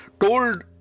told